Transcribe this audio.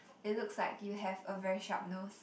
it looks like you have a very sharp nose